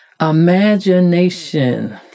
Imagination